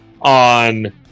on